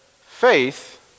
faith